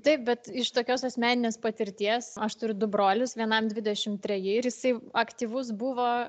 taip bet iš tokios asmeninės patirties aš turiu du brolius vienam dvidešimt treji ir jisai aktyvus buvo